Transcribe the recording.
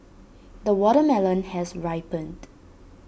the watermelon has ripened